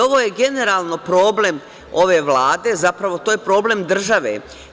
Ovo je generalno problem ove Vlade, zapravo to je problem države.